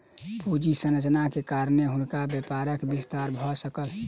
पूंजी संरचनाक कारणेँ हुनकर व्यापारक विस्तार भ सकल